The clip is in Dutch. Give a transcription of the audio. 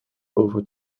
over